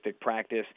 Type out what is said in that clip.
practice